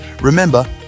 Remember